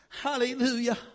Hallelujah